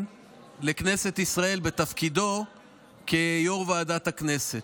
לכנסת ישראל בתפקידו כיו"ר ועדת הכנסת.